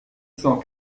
cent